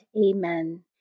Amen